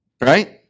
Right